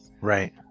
right